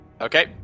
okay